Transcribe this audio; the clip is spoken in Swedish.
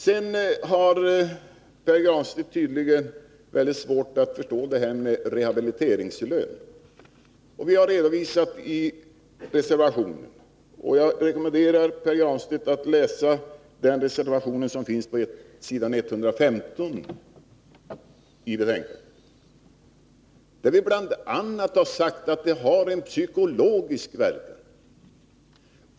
Pär Granstedt har tydligen väldigt svårt att förstå det här med rehabiliteringslön. Vi har gjort en redovisning i reservationen, och jag rekommenderar Pär Granstedt att läsa reservationen på s. 115 i betänkandet. Vi har där bl.a. sagt att detta har en psykologisk verkan.